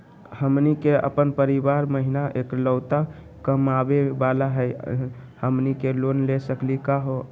हमनी के अपन परीवार महिना एकलौता कमावे वाला हई, हमनी के लोन ले सकली का हो?